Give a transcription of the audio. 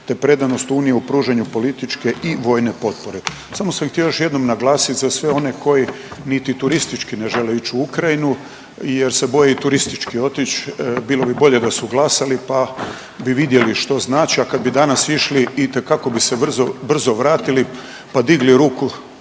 te predanost Unije u pružanju političke i vojne potpore. Samo sam htio još jednom naglasiti za sve one koji ni turistički ne žele ići u Ukrajinu jer se boje i turistički otići, bilo bi bolje da su glasali pa bi vidjeli što znači, a kad bi danas išli itekako bi se brzo vratili pa digli ruku